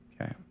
Okay